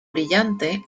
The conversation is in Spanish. brillante